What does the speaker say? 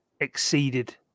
exceeded